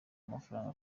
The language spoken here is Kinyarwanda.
amafaranga